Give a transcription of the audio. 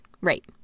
Right